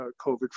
COVID